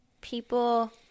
people